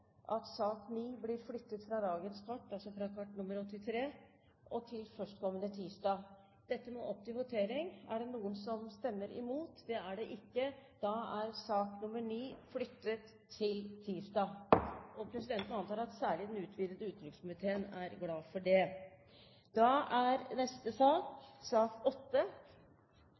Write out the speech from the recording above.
at sak nr. 9 blir flyttet fra dagens kart, altså kart nr. 83, til Stortingets møte førstkommende tirsdag. Dette må opp til votering. Er det noen som stemmer imot? – Det er det ikke – sak nr. 9 er flyttet til tirsdag. Presidenten antar at særlig den utvidede utenriks- og forsvarskomitéen, som skal ha møte, er glad for det.